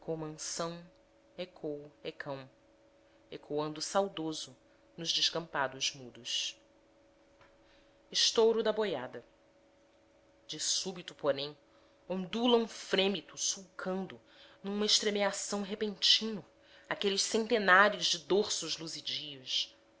ê cão ecoando saudoso nos descampados mudos estouro de boiada de súbito porém ondula um frêmito sulcando num estremeção repentino aqueles centenares de dorsos luzidios